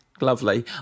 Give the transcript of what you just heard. lovely